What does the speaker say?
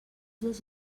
dels